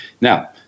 Now